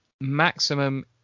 maximum